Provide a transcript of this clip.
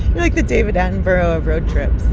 like, the david attenborough of road trips